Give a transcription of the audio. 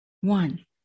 one